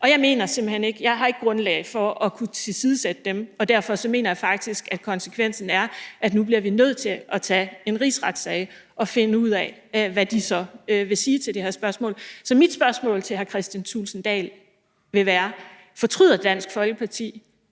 og jeg har simpelt hen ikke grundlag for at kunne tilsidesætte dem, og derfor mener jeg faktisk, at konsekvensen er, at nu bliver vi nødt til at tage en rigsretssag og finde ud af, hvad de så vil sige til det her spørgsmål. Så mit spørgsmål til hr. Kristian Thulesen Dahl vil være: Fortryder Dansk Folkeparti,